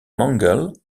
mangles